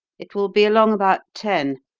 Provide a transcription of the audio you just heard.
it will be along about ten.